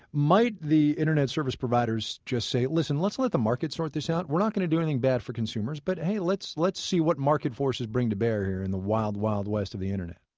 might the internet service providers just say, listen, let's let the markets sort this out. we're not going to do anything bad for consumers. but hey, let's let's see what market forces bring to bear here in the wild, wild west of the internet.